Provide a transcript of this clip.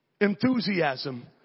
enthusiasm